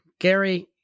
Gary